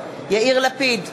יאיר לפיד,